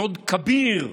סוד כביר,